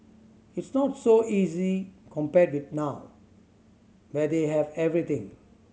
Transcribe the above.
it's not so easy compared with now where they have everything